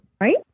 right